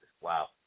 wow